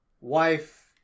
wife